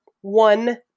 one